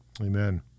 Amen